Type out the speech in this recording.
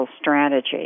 strategy